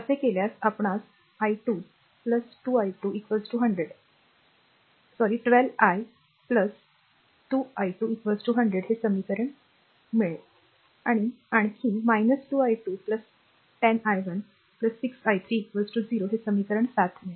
असे केल्यास आपणास 12 i 2 i2 100 हे समीकरण 6 मिळेल आणि आणखी 2 i2 10 i1 6 i3 0 हे समीकरण 7 मिळेल